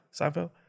Seinfeld